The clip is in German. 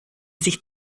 sich